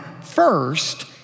first